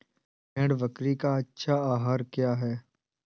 भेड़ बकरी का अच्छा आहार क्या है?